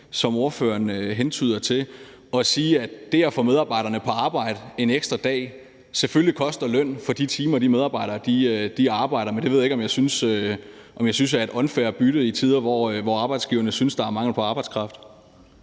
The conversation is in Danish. som ordføreren hentyder til, at det at få medarbejderne på arbejde en ekstra dag selvfølgelig koster løn for de timer, hvor de medarbejdere arbejder. Men det ved jeg ikke om jeg synes er et unfair bytte i tider, hvor arbejdsgiverne synes, at der er mangel på arbejdskraft.